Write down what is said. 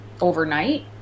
overnight